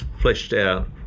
fleshed-out